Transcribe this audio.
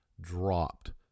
dropped